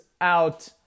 out